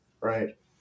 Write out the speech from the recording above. right